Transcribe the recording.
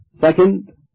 Second